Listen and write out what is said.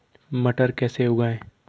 मटर कैसे उगाएं?